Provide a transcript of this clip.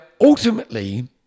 ultimately